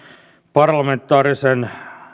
parlamentaarisen